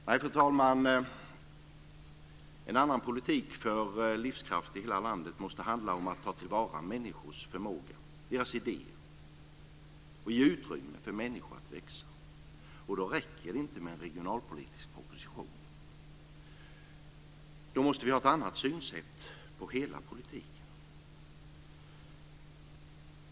Nej, fru talman, en annan politik för livskraft i hela landet måste handla om att ta till vara människors förmåga och idéer och ge utrymme för människor att växa. Då räcker det inte med en regionalpolitisk proposition, utan då måste vi ha ett annat sätt att se på hela politiken.